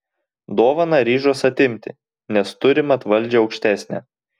dovaną ryžos atimti nes turi mat valdžią aukštesnę